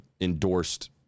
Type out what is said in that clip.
endorsed